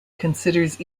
considers